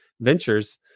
ventures